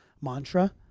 mantra